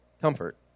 comfort